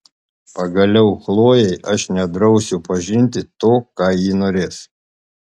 pagaliau chlojei aš nedrausiu pažinti to ką ji norės